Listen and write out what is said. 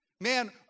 Man